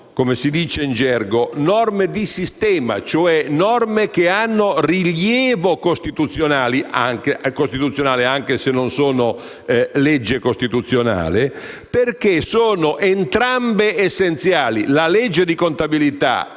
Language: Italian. come si dice in gergo, norme di sistema, cioè norme che hanno rilievo costituzionale (anche se non sono legge costituzionale), perché la legge di contabilità